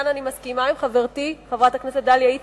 וכאן אני מסכימה עם חברתי חברת הכנסת דליה איציק,